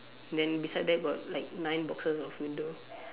then beside there got like nine boxes of window